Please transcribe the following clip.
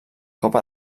copa